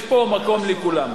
יש פה מקום לכולם.